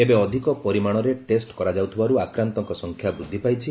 ଏବେ ଅଧିକ ପରିମାଣରେ ଟେଷ୍ କରାଯାଉଥିବାର୍ ଆକ୍ରାନ୍ତଙ୍କ ସଂଖ୍ୟା ବୃଦ୍ଧି ପାଇଛି